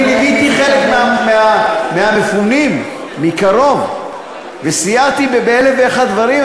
אני ליוויתי חלק מהמפונים מקרוב וסייעתי באלף ואחד דברים.